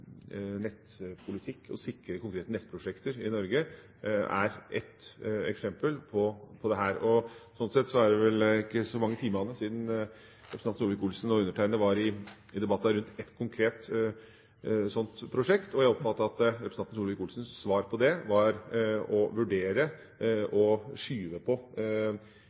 nettpolitikk og sikre konkrete nettprosjekter i Norge er et eksempel på dette. Det er vel ikke så mange timene siden representanten Solvik-Olsen og jeg var i debatt rundt et slikt konkret prosjekt, og jeg oppfattet at representanten Solvik-Olsens svar på det var å vurdere og skyve på